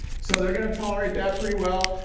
so they are going to tolerate that pretty well.